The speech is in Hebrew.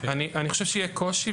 אני חושב שיהיה קושי,